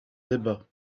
débat